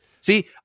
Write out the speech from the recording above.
See